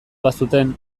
bazuten